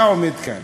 אתה עומד כאן